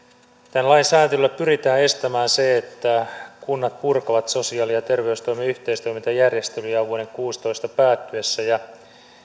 tämän lain sääntelyllä pyritään estämään se että kunnat purkavat sosiaali ja terveystoimen yhteistoimintajärjestelyjään vuoden kuusitoista päättyessä ja